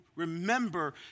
Remember